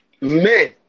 Men